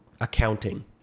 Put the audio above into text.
accounting